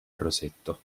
rosetto